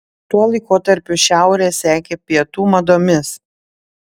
tuo laikotarpiu šiaurė sekė pietų madomis